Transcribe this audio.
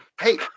hey